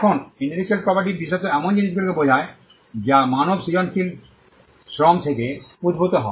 এখন intellectual property বিশেষত এমন জিনিসগুলিকে বোঝায় যা মানব সৃজনশীল শ্রম থেকে উদ্ভূত হয়